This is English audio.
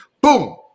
Boom